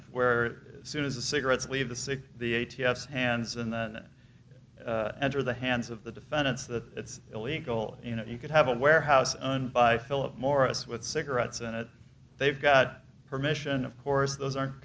of where soon as the cigarettes leave the city the a t f hands and then after the hands of the defendants that it's illegal you know you could have a warehouse owned by philip morris with cigarettes in it they've got permission of course those are